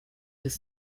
his